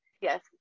yes